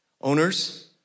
owners